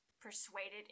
persuaded